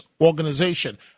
organization